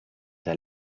der